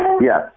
Yes